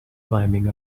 climbing